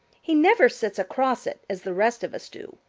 he never sits across it as the rest of us do.